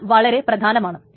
അത് വളരെ പ്രധാനമാണ്